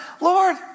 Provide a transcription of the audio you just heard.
Lord